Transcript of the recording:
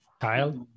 Child